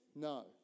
No